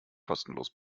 kostenlos